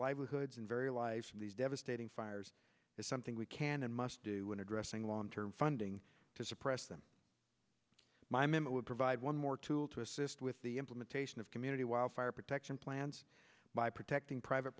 livelihoods and very lives from these devastating fires is something we can and must do in addressing long term funding to suppress them my members would provide one more tool to assist with the implementation of community wildfire protection plans by protecting private